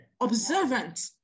Observant